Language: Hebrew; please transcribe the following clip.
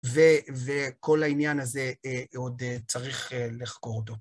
ו-וכל העניין הזה, אה, עוד צריך א-לחקור אותו.